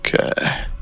Okay